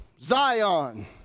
Zion